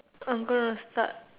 I'm gonna start